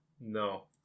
No